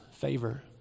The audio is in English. favor